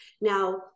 Now